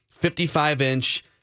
55-inch